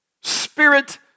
spirit